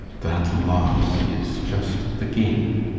that loss is just the gain.